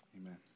Amen